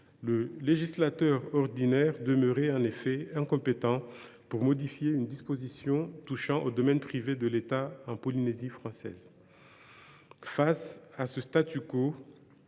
le législateur ordinaire demeurait en effet incompétent pour modifier une disposition touchant au domaine privé de l’État en Polynésie française. Face à ce